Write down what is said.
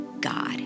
God